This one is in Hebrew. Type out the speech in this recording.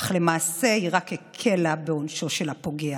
אך למעשה היא רק הקלה בעונשו של הפוגע.